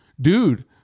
dude